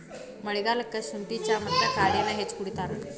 ಮಳಿಗಾಲಕ್ಕ ಸುಂಠಿ ಚಾ ಮತ್ತ ಕಾಡೆನಾ ಹೆಚ್ಚ ಕುಡಿತಾರ